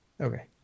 Okay